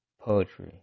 Poetry